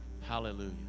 Hallelujah